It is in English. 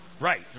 Right